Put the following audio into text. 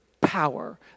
power